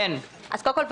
קודם כול,